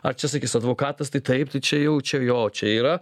ar čia sakys advokatas tai taip tai čia jau čia jo čia yra